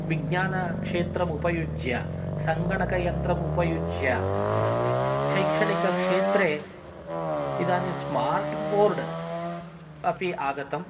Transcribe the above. विज्ञानक्षेत्रम् उपयुज्य सङ्गणकयन्त्रम् उपयुज्य शैक्षणिक क्षेत्रे इदानीं स्मार्ट् बोर्ड् अपि आगतम्